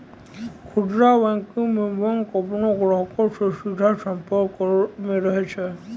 खुदरा बैंकिंग मे बैंक अपनो ग्राहको से सीधा संपर्क मे रहै छै